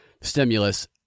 stimulus